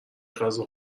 غذا